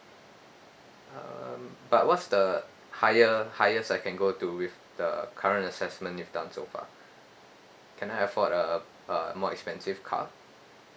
uh but what's the higher highest I can go to with the current assessment you've done so far can I afford a a more expensive car